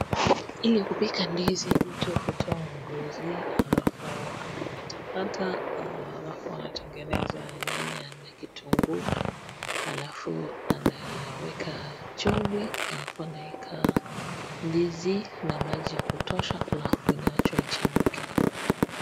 Ili kupika ndizi mtu hutoa ngozi, halafu anakatakata ,halafu anatengeneza nyanya na kitunguu ,halafu anaweka chumvi, halafu anaweka ndizi na maji ya kutosha halafu inaachwa ichemke.